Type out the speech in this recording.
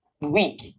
weak